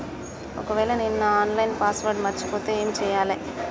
ఒకవేళ నేను నా ఆన్ లైన్ పాస్వర్డ్ మర్చిపోతే ఏం చేయాలే?